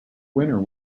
winner